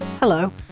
Hello